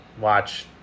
watch